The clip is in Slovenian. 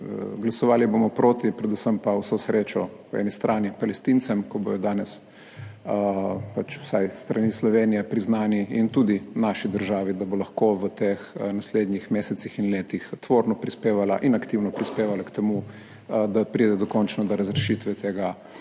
Glasovali bomo proti. Predvsem pa vso srečo po eni strani Palestincem, ko bodo danes pač vsaj s strani Slovenije priznani, in tudi naši državi, da bo lahko v teh naslednjih mesecih in letih tvorno prispevala in aktivno prispevala k temu, da pride dokončno do razrešitve tega,